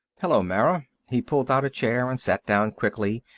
hello, mara. he pulled out a chair and sat down quickly,